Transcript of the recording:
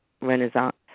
Renaissance